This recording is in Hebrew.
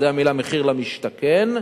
זה מחיר למשתכן,